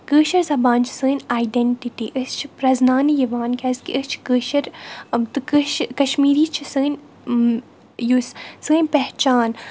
کٲشِر زَبان چھِ سٲنۍ آیڈٮ۪نٹِٹی أسۍ چھِ پرٛٮ۪زناونہٕ یِوان کیٛازکہِ أسۍ چھِ کٲشِر تہٕ کٔشہِ کَشمیٖری چھِ سٲنۍ یُس سٲنۍ پہچان